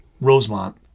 Rosemont